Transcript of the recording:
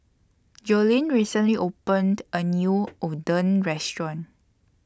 Joleen recently opened A New Oden Restaurant